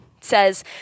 says